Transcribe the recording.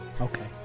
Okay